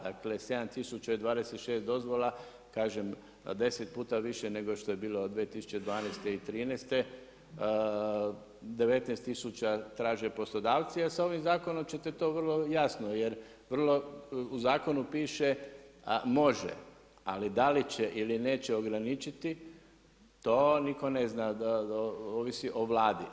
Dakle 7026 dozvola kažem deset puta više nego što je bilo 2012., 2013., 19 tisuća traže poslodavci, a sa ovim zakonom ćete to vrlo jasno jer u zakonu piše, a može, a da li će ili neće ograničiti, to niko ne zna, ovisi o Vladi.